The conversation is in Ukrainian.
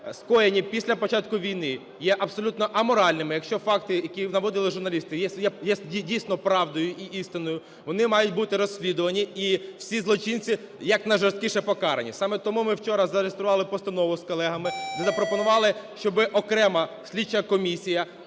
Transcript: скоєні після початку війни, є абсолютно аморальними. Якщо факти, які наводили журналісти, є дійсно правдою і істиною, вони мають бути розслідувані, і всі злочинці якнайжорсткіше покарані. Саме тому ми вчора зареєстрували постанову з колегами, де запропонували, щоб окремо слідча комісія